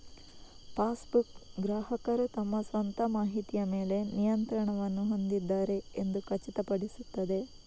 passbook, ಗ್ರಾಹಕರು ತಮ್ಮ ಸ್ವಂತ ಮಾಹಿತಿಯ ಮೇಲೆ ನಿಯಂತ್ರಣವನ್ನು ಹೊಂದಿದ್ದಾರೆ ಎಂದು ಖಚಿತಪಡಿಸುತ್ತದೆ